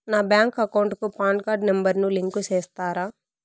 నా bank account కు PAN card number ను లింకు సేస్తారా?